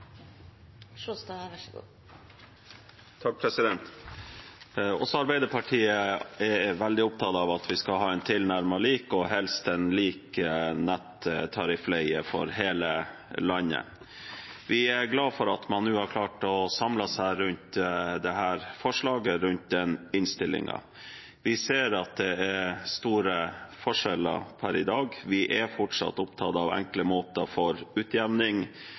veldig opptatt av at vi skal ha en tilnærmet lik – og helst en lik – nettariffleie i hele landet. Vi er glad for at man nå har klart å samle seg rundt dette forslaget i innstillingen. Vi ser at det er store forskjeller per i dag. Vi er fortsatt opptatt av enkle måter for utjevning.